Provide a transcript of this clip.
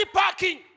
parking